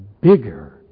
bigger